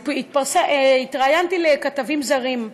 התראיינתי לכתבים זרים,